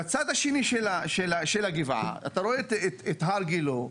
בצד השני של הגבעה אתה רואה את הר גילה,